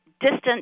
distant